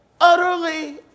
utterly